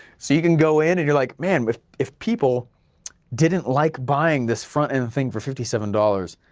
so you can go in and you're like, man but if if people didn't like buying this front-end thing for fifty seven dollars,